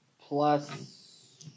plus